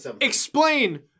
explain